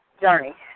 journey